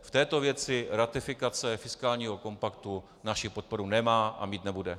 V této věci ratifikace fiskálního kompaktu naši podporu nemá a mít nebude.